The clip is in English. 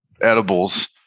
edibles